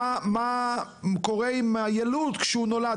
מה קורה עם היילוד כשהוא נולד,